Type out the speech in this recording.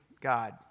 God